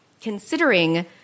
considering